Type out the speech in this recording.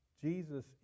Jesus